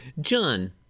John